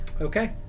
Okay